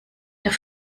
nach